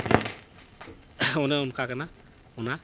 ᱡᱮ ᱚᱱᱮ ᱚᱱᱠᱟ ᱠᱟᱱᱟ ᱚᱱᱟ